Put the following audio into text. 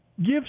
Give